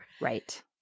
Right